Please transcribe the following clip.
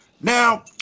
Now